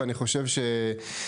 ואני חושב ששוב,